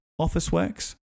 officeworks